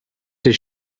does